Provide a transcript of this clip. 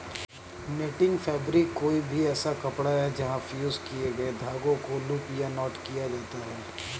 netting fabric कोई भी ऐसा कपड़ा है जहाँ फ़्यूज़ किए गए धागों को लूप या नॉट किया जाता है